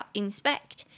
inspect